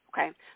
Okay